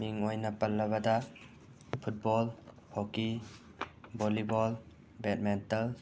ꯃꯤꯡ ꯑꯣꯏꯅ ꯄꯜꯂꯕꯗ ꯐꯨꯠꯕꯣꯜ ꯍꯣꯀꯤ ꯕꯣꯂꯤꯕꯣꯜ ꯕꯦꯗꯃꯦꯟꯇꯜ